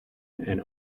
and